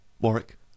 Warwick